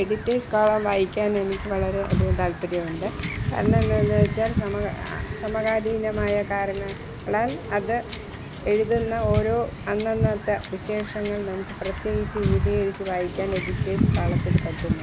editors column വായിക്കാൻ എനിക്ക് വളരെ അധികം താല്പര്യമുണ്ട് കരണമെന്താന്നുവെച്ചാൽ സമകാലീനമായ കാരണങ്ങളാൽ അത് എഴുതുന്ന ഓരോ അന്നന്നത്തെ വിശേഷങ്ങൾ നമുക്ക് പ്രത്യേകിച്ച് വിപുലീകരിച്ച് വായിക്കാൻ എഡിറ്റേഴ്സ് കോളത്തിൽ പറ്റുന്നുണ്ട്